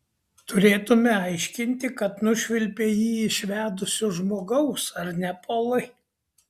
turėtumei aiškinti kad nušvilpei jį iš vedusio žmogaus ar ne polai